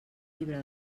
llibre